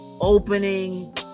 opening